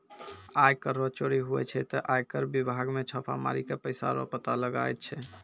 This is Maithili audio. आय कर रो चोरी हुवै छै ते आय कर बिभाग मे छापा मारी के पैसा रो पता लगाय छै